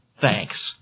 Thanks